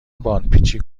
باندپیچی